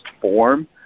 form